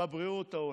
בבריאות העולמית.